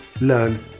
learn